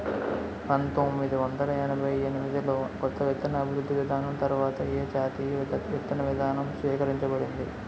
పంతోమ్మిది వందల ఎనభై ఎనిమిది లో కొత్త విత్తన అభివృద్ధి విధానం తర్వాత ఏ జాతీయ విత్తన విధానం స్వీకరించబడింది?